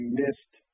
missed